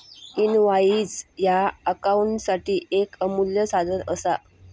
invoice ह्या अकाउंटिंगसाठी येक अमूल्य साधन असा